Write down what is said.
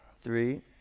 three